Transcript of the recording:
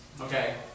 Okay